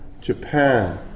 Japan